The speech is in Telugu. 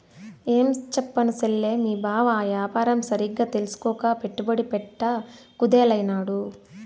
ఏంచెప్పను సెల్లే, మీ బావ ఆ యాపారం సరిగ్గా తెల్సుకోక పెట్టుబడి పెట్ట కుదేలైనాడు